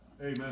Amen